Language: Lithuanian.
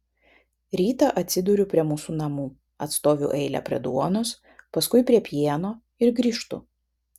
rytą atsiduriu prie mūsų namų atstoviu eilę prie duonos paskui prie pieno ir grįžtu